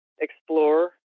explore